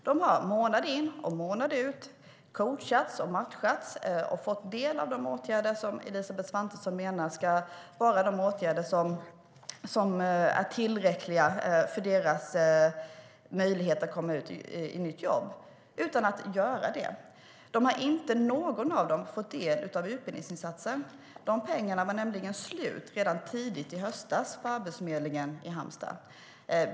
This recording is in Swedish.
De har månad in och månad ut coachats, matchats och fått del av de åtgärder som Elisabeth Svantesson menar ska vara de åtgärder som är tillräckliga för deras möjlighet att komma ut i nytt jobb - utan att de har fått något nytt jobb. Ingen av dem har fått del av utbildningsinsatsen. Dessa pengar var nämligen slut redan tidigt i höstas på Arbetsförmedlingen i Halmstad.